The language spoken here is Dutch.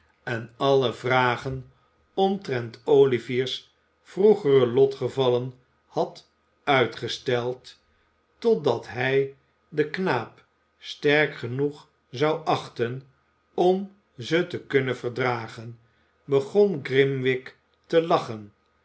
en alle vragen omtrent olivier's vroegere lotgevallen had uitgesteld totdat hij den knaap sterk genoeg zou achten om ze te kunnen verdragen begon grimwig te lachen